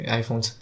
iPhone